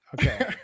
Okay